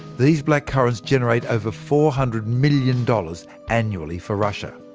these blackcurrants generate over four hundred million dollars annually for russia.